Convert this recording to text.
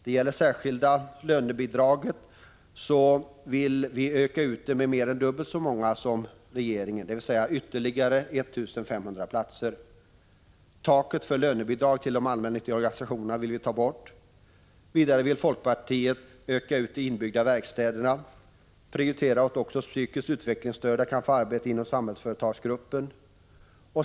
Det särskilda lönebidraget vill vi öka ut till att omfatta mer än dubbelt så många platser som regeringen föreslagit, dvs. ytterligare 1 500 platser. Taket för lönebidrag till de allmännyttiga organisationerna vill vi ta bort. Vidare vill folkpartiet öka ut de inbyggda verkstäderna samt prioritera så att också psykiskt utvecklingsstörda kan få arbete inom Samhällsföretagsgruppen.